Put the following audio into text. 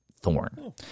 thorn